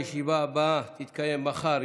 הישיבה הבאה תתקיים מחר,